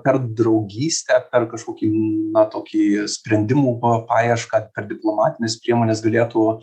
per draugystę per kažkokį na tokį sprendimų paiešką per diplomatines priemones galėtų